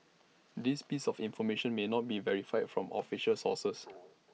this piece of information may not be verified from official sources